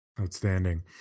Outstanding